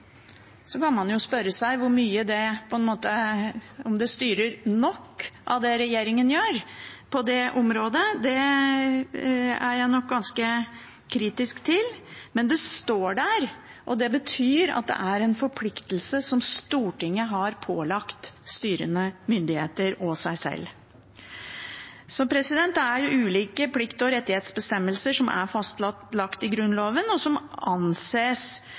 Så kan man spørre seg om det styrer nok av det regjeringen gjør på det området. Det er jeg nok ganske kritisk til. Men det står der, og det betyr at det er en forpliktelse som Stortinget har pålagt styrende myndigheter og seg sjøl. Så det er ulike plikts- og rettighetsbestemmelser som er fastsatt i Grunnloven, og som anses